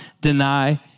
deny